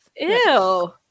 Ew